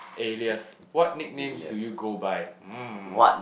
alias what nickname do you go by mm